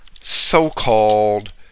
so-called